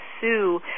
sue